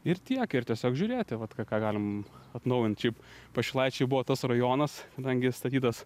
ir tiek ir tiesiog žiūrėti vat ką ką galim atnaujint šiaip pašilaičiai buvo tas rajonas kadangi statytas